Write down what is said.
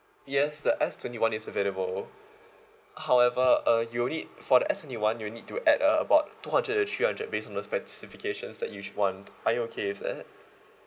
yes the S twenty one is available however uh you'll need for the S twenty one you'll need to add uh about two hundred to three hundred based on the specifications that you'd want are you okay with that